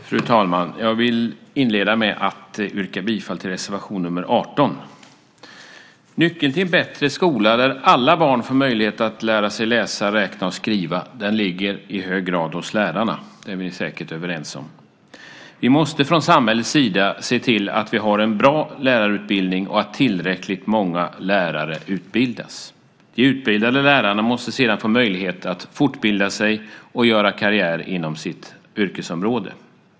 Fru talman! Jag vill inleda med att yrka bifall till reservation nr 18. Nyckeln till en bättre skola där alla barn får möjlighet att lära sig läsa, räkna och skriva ligger i hög grad hos lärarna. Det är vi säkert överens om. Vi måste från samhällets sida se till att vi har en bra lärarutbildning och att tillräckligt många lärare utbildas. De utbildade lärarna måste sedan få möjlighet att fortbilda sig och göra karriär inom sitt yrkesområde.